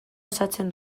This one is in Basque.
osatzen